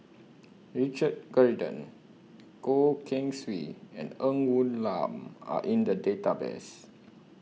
Richard Corridon Goh Keng Swee and Ng Woon Lam Are in The Database